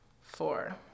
Four